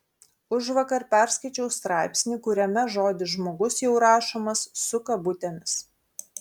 užvakar perskaičiau straipsnį kuriame žodis žmogus jau rašomas su kabutėmis